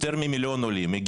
וזה מה שאגב העולים החדשים